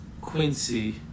Quincy